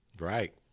Right